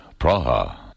Praha